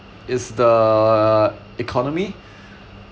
is the economy